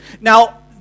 Now